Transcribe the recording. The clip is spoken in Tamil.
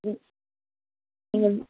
ம் ம்